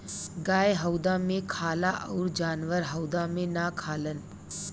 गाय हउदा मे खाला अउर जानवर हउदा मे ना खालन